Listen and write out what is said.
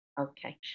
okay